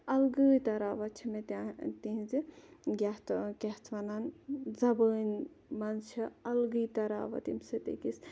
اَلگٕے تَراوَت چھِ مےٚ تِہِنٛزِ یَتھ کایا اتھ وَنان زَبٲنۍ مَنٛز چھِ اَلگٕے تَراوَت ییٚمہِ سۭتۍ أکِس